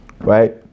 right